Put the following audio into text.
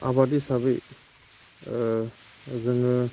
आबाद हिसाबै जोङो